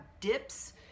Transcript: dips